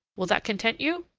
will that content you?